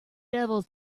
devil